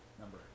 number